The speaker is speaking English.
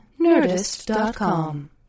nerdist.com